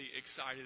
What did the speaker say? excited